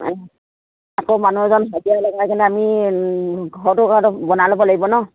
আকৌ মানুহ এজন হাজিৰা লগাই কেনে আমি ঘৰটো বনাই ল'ব লাগিব ন